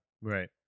Right